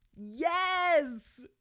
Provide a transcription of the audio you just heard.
Yes